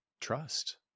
trust